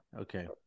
Okay